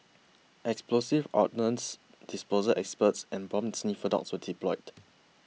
explosives ordnance disposal experts and bomb sniffer dogs were deployed